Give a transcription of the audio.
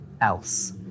else